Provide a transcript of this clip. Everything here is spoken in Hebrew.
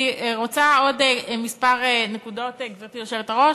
אני רוצה לומר עוד כמה נקודות, גברתי היושבת-ראש.